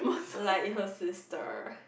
like your sister